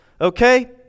Okay